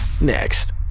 next